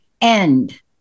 end